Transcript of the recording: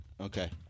Okay